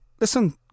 listen